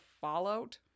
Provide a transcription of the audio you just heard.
fallout